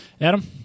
Adam